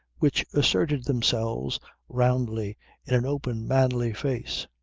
which asserted themselves roundly in an open, manly face.